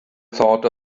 thought